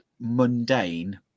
mundane